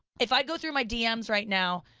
if i go through my dms right now,